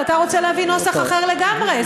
אבל אתה רוצה להביא נוסח אחר לגמרי.